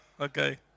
Okay